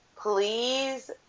please